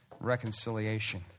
reconciliation